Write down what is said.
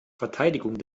verteidigung